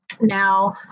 Now